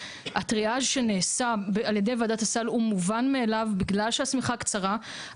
הטריאז שנעשה על ידי וועדת הסל הוא מובן מאליו בגלל שהשמיכה קצרה,